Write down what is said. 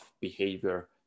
behavior